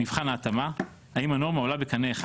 מבחן ההתאמה האם הנורמה עולה בקנה אחד